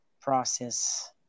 process